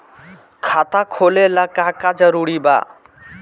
खाता खोले ला का का जरूरी बा?